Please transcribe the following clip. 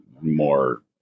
more